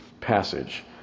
passage